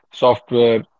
software